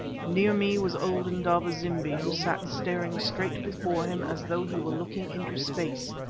near me was old indaba-zimbi, who sat staring straight before him as though he were looking into space,